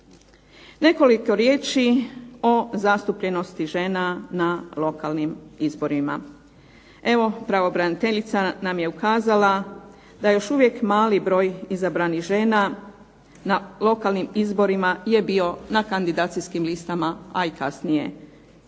Nekoliko riječi o zastupljenosti žena na lokalnim izborima. Evo pravobraniteljica nam je ukazala da je još uvijek mali broj izabranih žena na lokalnim izborima je bio na kandidacijskim listama a i kasnije u